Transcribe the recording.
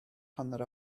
hanner